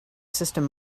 system